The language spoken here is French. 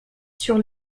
sur